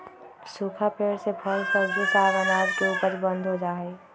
सूखा पेड़ से फल, सब्जी, साग, अनाज के उपज बंद हो जा हई